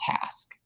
task